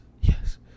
yes